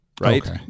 right